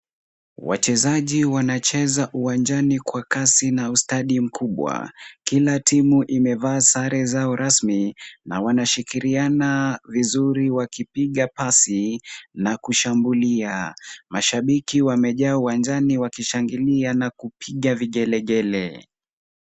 Wachezaji wanacheza uwanjani kwa kasi na ustadi mkubwa. Kila timu imevaa sare zao rasmi na wanashirikiana vizuri wakipiga pasi na kushambulia. Mashabiki wamejaa uwanjani wakishangilia na kupiga vigelegele.